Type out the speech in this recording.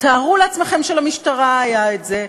תארו לעצמכם שלמשטרה היה את זה,